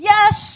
Yes